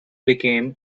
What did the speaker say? became